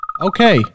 Okay